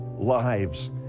lives